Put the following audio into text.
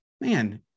man